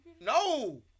No